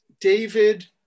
David